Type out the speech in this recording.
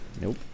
Nope